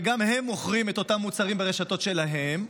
וגם הם מוכרים את אותם מוצרים ברשתות שלהם,